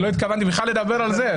לא התכוונתי בכלל לדבר על זה,